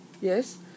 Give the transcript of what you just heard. yes